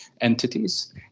entities